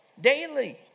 daily